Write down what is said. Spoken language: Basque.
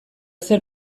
zer